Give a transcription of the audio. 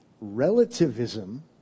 relativism